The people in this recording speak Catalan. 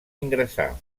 ingressar